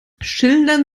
schildern